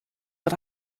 but